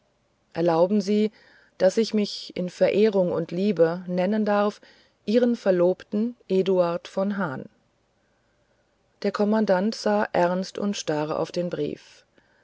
erlauben sie daß ich mich in verehrung und liebe nennen darf ihren verlobten eduard von hahn der kommandant sah ernst und starr auf den brief